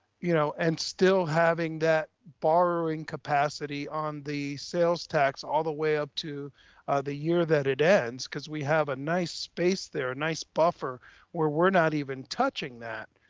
you know, and still having that borrowing capacity on the sales tax all the way up to the year that it ends, cause we have a nice space there, a nice buffer where we're not even touching that,